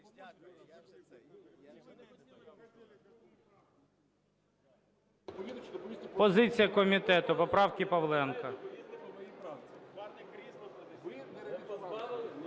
Позиція комітету по правці Павленка.